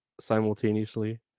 simultaneously